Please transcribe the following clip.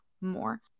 more